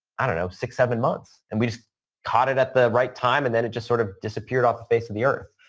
i don't know, six, seven months. and we caught it at the right time and then it just sort of disappeared off the face of the earth.